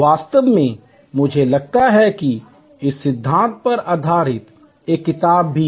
वास्तव में मुझे लगता है कि इसी सिद्धांत पर आधारित एक किताब भी है